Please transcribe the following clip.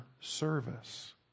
service